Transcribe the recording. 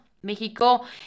México